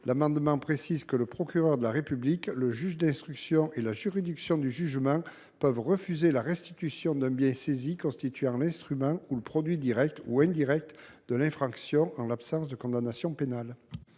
également que le procureur de la République, le juge d’instruction et la juridiction de jugement peuvent refuser la restitution d’un bien saisi constituant l’instrument ou le produit direct ou indirect de l’infraction en l’absence de condamnation pénale.